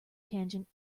tangent